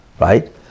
right